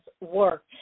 work